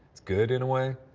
it's good in a way.